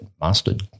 mastered